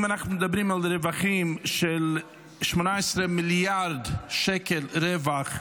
אנחנו מדברים על רווחים של 18 מיליארד שקל, רווח,